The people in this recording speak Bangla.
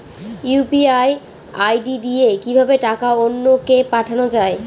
ইউ.পি.আই আই.ডি দিয়ে কিভাবে টাকা অন্য কে পাঠানো যায়?